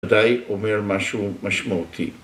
‫עדיין אומר משהו משמעותי.